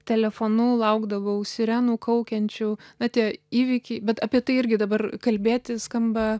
telefonu laukdavau sirenų kaukiančių na tie įvykiai bet apie tai irgi dabar kalbėti skamba